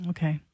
Okay